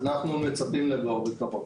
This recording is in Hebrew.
אנחנו מצפים לבואו בקרוב.